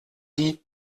die